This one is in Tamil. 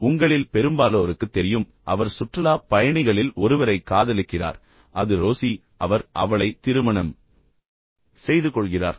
பின்னர் உங்களில் பெரும்பாலோருக்குத் தெரியும் அவர் சுற்றுலாப் பயணிகளில் ஒருவரைக் காதலிக்கிறார் அது ரோஸி அவர் அவளை திருமணம் செய்து கொள்கிறார்